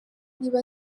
niba